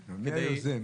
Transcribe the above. כדי להסביר --- מי היוזם?